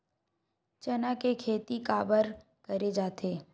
चना के खेती काबर करे जाथे?